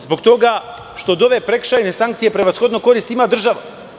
Zbog toga što od ove prekršajne sankcije prevashodno korist ima država.